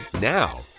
Now